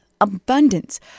abundance